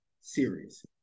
series